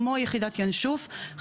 כמו יחידת "ינשוף" ,